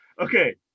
okay